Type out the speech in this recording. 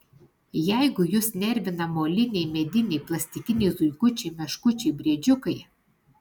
jeigu jus nervina moliniai mediniai plastikiniai zuikučiai meškučiai briedžiukai